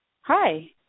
Hi